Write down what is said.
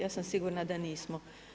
Ja sam sigurna da nismo.